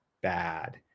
bad